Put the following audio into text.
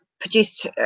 produced